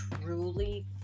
truly